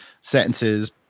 sentences